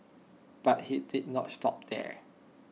but he did not stop there